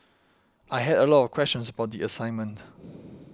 I had a lot of questions about assignment